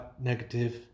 negative